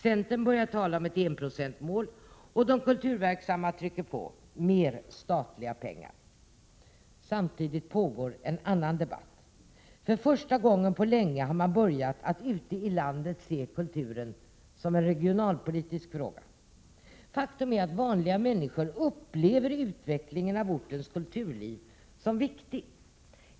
Centern börjar tala om ett enprocentsmål, och de kulturverksamma trycker på: mer statliga pengar. Samtidigt pågår en annan debatt. För första gången på länge har man börjat att ute i landet se kulturen som en regionalpolitisk fråga. Faktum är att vanliga människor upplever utvecklingen av ortens kulturliv som viktig.